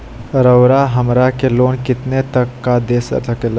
रउरा हमरा के लोन कितना तक का दे सकेला?